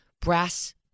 brass